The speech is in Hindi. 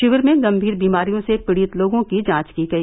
शिविर में गंभीर बीमारियों से पीड़ित लोगों की जांच की गई